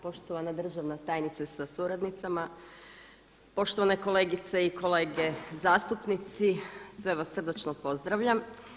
Poštovana državna tajnice sa suradnicama, poštovane kolegice i kolege zastupnici, sve vas srdačno pozdravljam.